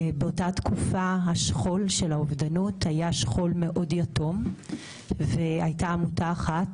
באותה תקופה השכול של האובדנות היה שכול מאוד יתום והייתה עמותה אחת,